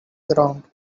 ground